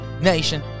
Nation